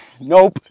Nope